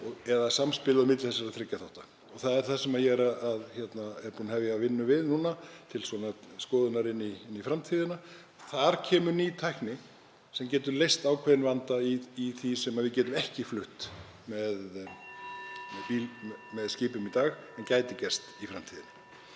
það samspilið á milli þessara þriggja þátta? Það er það sem ég er að hefja vinnu við núna, til skoðunar inn í framtíðina. Þar kemur inn ný tækni sem getur leyst ákveðinn vanda hvað varðar það sem við getum ekki flutt með skipum í dag en gæti gerst í framtíðinni.